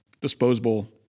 disposable